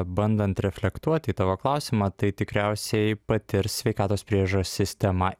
bandant reflektuoti į tavo klausimą tai tikriausiai patirs sveikatos priežiūros sistema